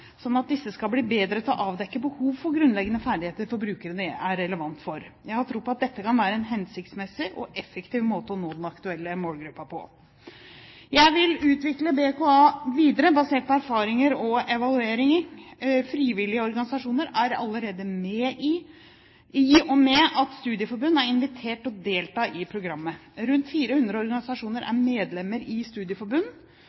at disse skal bli bedre til å avdekke behov for grunnleggende ferdigheter for brukere det er relevant for. Jeg har tro på at dette kan være en hensiktsmessig og effektiv måte å nå den aktuelle målgruppen på. Jeg vil utvikle BKA videre basert på erfaringer og evaluering. Frivillige organisasjoner er allerede med, i og med at studieforbund er invitert til å delta i programmet. Rundt 400 organisasjoner